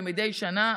כמדי שנה.